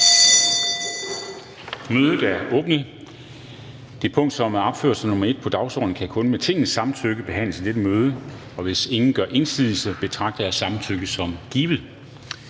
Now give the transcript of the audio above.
Kristensen): Den sag, som er opført som nr. 1 på dagsordenen, kan kun med Tingets samtykke behandles i dette møde. Hvis ingen gør indsigelse, betragter jeg samtykket som givet.